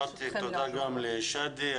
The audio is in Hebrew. תודה גם לשאדי,